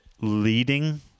leading